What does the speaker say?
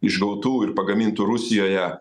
išgautų ir pagamintų rusijoje